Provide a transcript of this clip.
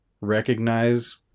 recognize